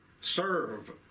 serve